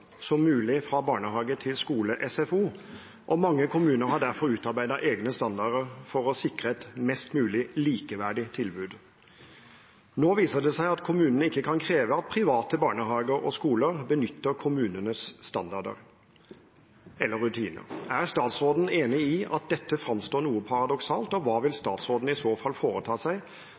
som mulig fra barnehage til skole/SFO, og mange kommuner har derfor utarbeidet egne standarder for å sikre et mest mulig likeverdig tilbud. Nå viser det seg at kommunene ikke kan kreve at private barnehager og skoler benytter kommunens standarder. Er statsråden enig i at dette framstår noe paradoksalt, og hva vil statsråden i så fall foreta seg